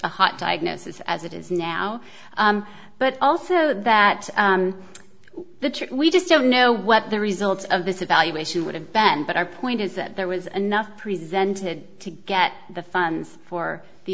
a hot diagnosis as it is now but also that the trick we just don't know what the results of this evaluation would have ben but our point is that there was enough presented to get the funds for the